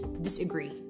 Disagree